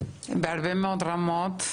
בהרבה מאוד רמות.